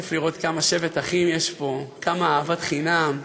כיף לראות כמה שבת אחים יש פה, כמה אהבת חינם,